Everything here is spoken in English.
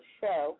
show